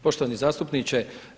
Poštovani zastupniče.